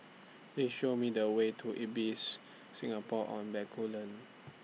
Please Show Me The Way to Ibis Singapore on Bencoolen